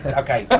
and okay.